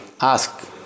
ask